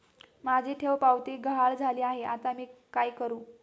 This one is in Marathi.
माझी ठेवपावती गहाळ झाली आहे, आता मी काय करु?